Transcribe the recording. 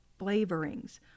flavorings